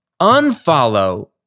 Unfollow